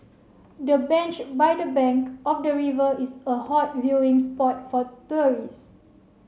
the bench by the bank of the river is a hot viewing spot for tourists